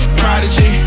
prodigy